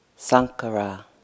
Sankara